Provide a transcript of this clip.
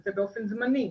וזה באופן זמני,